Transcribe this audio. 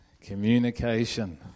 communication